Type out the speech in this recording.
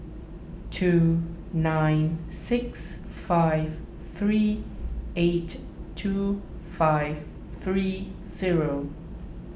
two nine six five three eight two five three zero